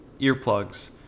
earplugs